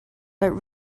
but